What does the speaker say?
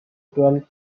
twelve